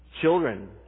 Children